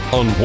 on